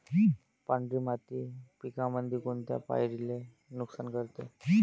पांढरी माशी पिकामंदी कोनत्या पायरीले नुकसान करते?